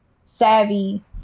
savvy